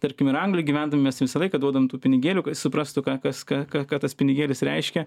tarkim ir anglijoj gyvendami mes visą laiką duodavom tų pinigėlių kad suprastų ką kas ką ką tas pinigėlis reiškia